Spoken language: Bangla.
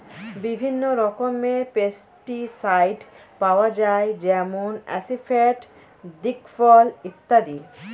বিভিন্ন রকমের পেস্টিসাইড পাওয়া যায় যেমন আসিফেট, দিকফল ইত্যাদি